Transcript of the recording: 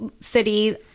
city